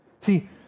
See